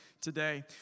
today